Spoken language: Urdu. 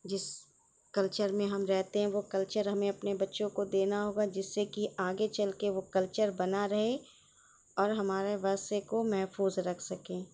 جس کلچر میں ہم رہتے ہیں وہ کلچر ہمیں اپنے بچوں کو دینا ہوگا جس سے کہ آگے چل کے وہ کلچر بنا رہے اور ہمارے ورثے کو محفوظ رکھ سکیں